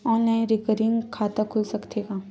Online recurring खाता खुल सकथे का?